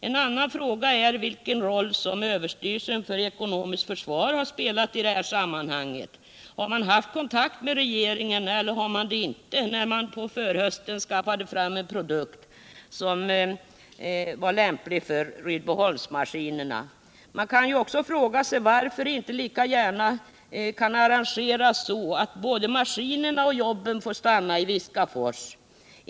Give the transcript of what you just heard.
En annan fråga är vilken roll överstyrelsen för ekonomiskt försvar har spelat i det här sammanhanget. Hade man haft kontakt med regeringen eller hade man det inte när man på förhösten skaffade fram en produkt som var lämplig för Rydboholmsmaskinerna? Man kan också fråga sig varför det inte lika gärna kan arrangeras så att både maskinerna och jobben får stanna kvar i Viskafors.